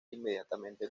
inmediatamente